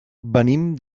venim